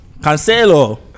Cancelo